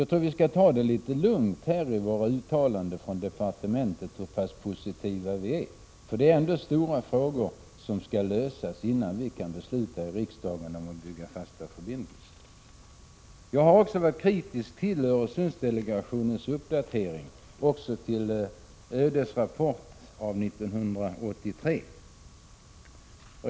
Jag tror att vi bör ta det litet lugnt med uttalanden från departementet om hur pass positiva vi är. Det är trots allt stora frågor som måste lösas innan vi i riksdagen kan besluta om att bygga fasta förbindelser. Jag har också varit kritisk till Öresundsdelegationens uppdatering och också till dess rapport från 1983.